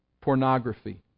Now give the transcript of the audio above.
Pornography